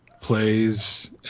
plays